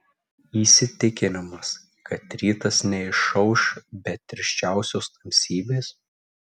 įsitikinimas kad rytas neišauš be tirščiausios tamsybės